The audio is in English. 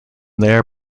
there